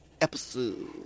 episode